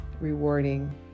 rewarding